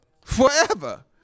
Forever